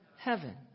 heaven